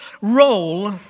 role